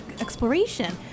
exploration